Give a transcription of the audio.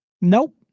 Nope